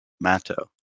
Mato